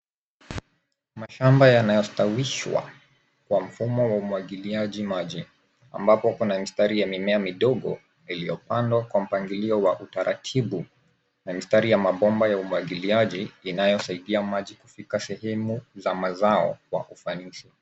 Mashamba yanayostawishwa kwa mfumo wa umwagiliaji maji. Ambapo kuna mistari ya mimea midogo iliyopandwa kwa mpangilio wa utaratibu, na mistari ya mabomba ya umwagiliaji inayosaidia maji kufika sehemu za mazao kwa kupandishwa.